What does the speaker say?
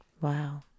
Wow